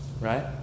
right